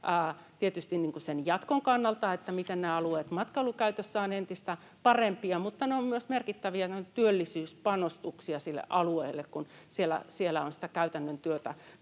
tietysti sen jatkon kannalta, että miten ne alueet matkailukäytössä ovat entistä parempia, mutta ne ovat myös merkittäviä työllisyyspanostuksia sille alueelle, kun siellä on sitä käytännön työtä